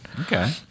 Okay